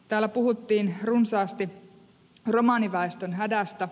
täällä puhuttiin runsaasti romaniväestön hädästä